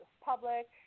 public